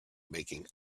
making